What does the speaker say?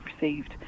received